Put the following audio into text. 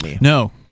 No